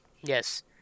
Yes